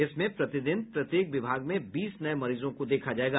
इसमें प्रतिदिन प्रत्येक विभाग में बीस नये मरीजों को देखा जायेगा